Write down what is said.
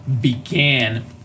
began